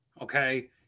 okay